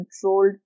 controlled